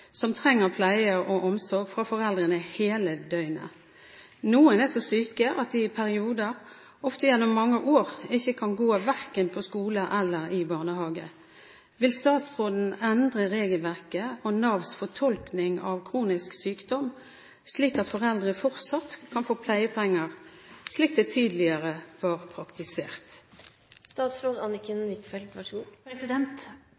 som trenger pleie og omsorg fra foreldrene hele døgnet. Noen er så syke at de i perioder, ofte gjennom mange år, ikke kan gå verken på skole eller i barnehage. Vil statsråden endre regelverket og Navs fortolkning av kronisk sykdom, slik at foreldre fortsatt kan få pleiepenger slik det tidligere var praktisert?»